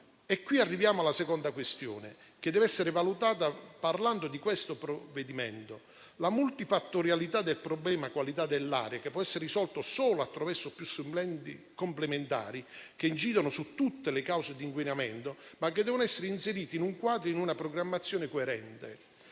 Qui arriviamo alla seconda questione che deve essere valutata parlando di questo provvedimento. La multifattorialità del problema qualità dell'aria può essere risolta solo attraverso più strumenti complementari, che incidano su tutte le cause di inquinamento, ma che devono essere inseriti in un quadro e in una programmazione coerente.